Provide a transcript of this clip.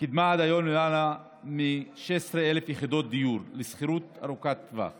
קידמה עד היום למעלה מ-16,000 יחידות דיור לשכירות ארוכת טווח